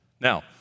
Now